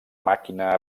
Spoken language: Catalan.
màquina